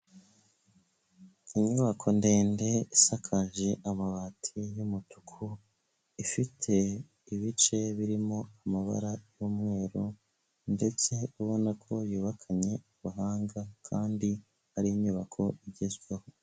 Inyubako ndende isakaje amabati y'umutuku, ifite ibice birimo amabara y'umweru, ndetse ubona ko yubakanye ubuhanga kandi ari inyubako igezweho.